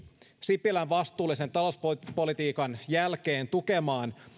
sipilän vastuullisen talouspolitiikan jälkeen tukemaan